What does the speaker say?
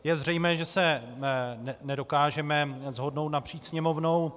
Je zřejmé, že se nedokážeme shodnout napříč Sněmovnou.